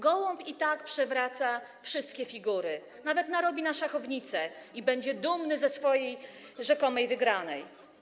Gołąb i tak przewraca wszystkie figury, nawet narobi na szachownicę i będzie dumny ze swojej rzekomej wygranej.